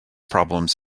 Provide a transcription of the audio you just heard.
problems